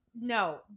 No